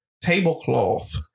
tablecloth